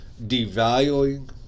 devaluing